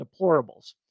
deplorables